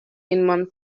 inman